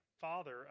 father